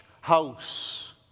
house